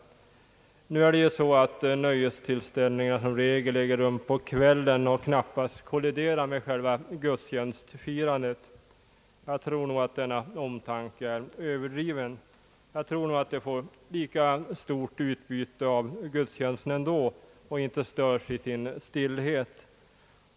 Nu är det ju så att nöjestillställningar i regel äger rum på kvällen och knappast kolliderar med själva gudstjänstfirandet. Jag tror nog att denna omtanke är överdriven. De får säkert lika stort utbyte av gudstjänsten ändå och störs inte i sin stillhet.